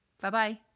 Bye-bye